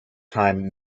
time